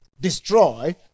destroy